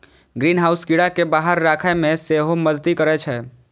greenhouse कीड़ा कें बाहर राखै मे सेहो मदति करै छै